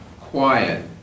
quiet